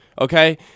okay